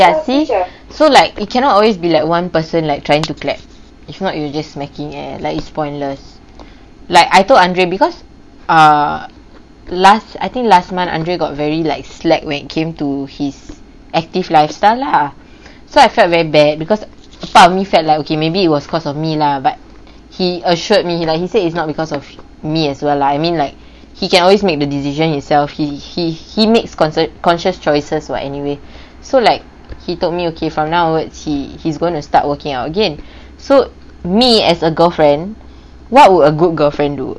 ya see so like it cannot always be like one person like trying to clap if not you just making eh like it's pointless like I told andre because uh last I think last month andre got very like slack when it came to his active lifestyle lah so I felt very bad because a part of me felt like okay maybe it was because of me lah but he assured me he like he say it's not because of me as well I mean like he can always made the decision himself he he he makes conscio~ conscious choices [what] anyway so like he told me okay from now onwards he he's gonna start working out again so me as a girlfriend what would a good girlfriend do